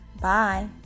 Bye